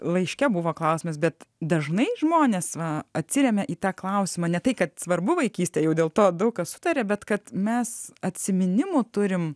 laiške buvo klausimas bet dažnai žmonės va atsiremia į tą klausimą ne tai kad svarbu vaikystė jau dėl to daug kas sutaria bet kad mes atsiminimų turim